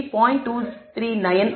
239 ஆகும்